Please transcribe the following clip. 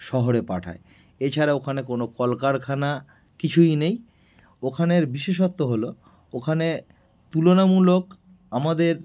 শহরে পাঠায় এছাড়া ওখানে কোনো কলকারখানা কিছুই নেই ওখানের বিশেষত্ব হলো ওখানে তুলনামূলক আমাদের